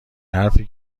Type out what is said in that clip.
حرفی